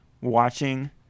watching